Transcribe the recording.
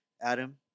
Adam